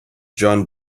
jon